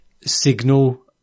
signal